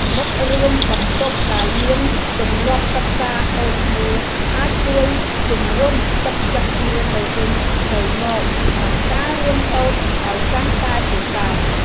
មិត្តរួមបន្ទប់ដែលមានទម្លាប់សិក្សាដូចគ្នាអាចជួយជំរុញទឹកចិត្តគ្នាទៅវិញទៅមកក្នុងការរៀនសូត្រឱ្យកាន់តែពូកែ។